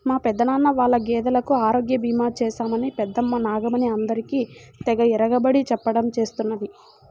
మా పెదనాన్న వాళ్ళ గేదెలకు ఆరోగ్య భీమా చేశామని పెద్దమ్మ నాగమణి అందరికీ తెగ ఇరగబడి చెప్పడం చేస్తున్నది